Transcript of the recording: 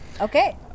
Okay